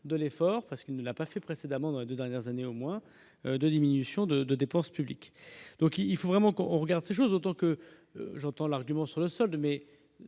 de l'effort parce qu'il ne l'a pas fait précédemment dans les 2 dernières années au mois de diminution de dépenses publiques, donc il il faut vraiment qu'on regarde ces choses autant que j'entends l'argument sur le solde mais